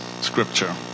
scripture